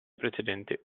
precedenti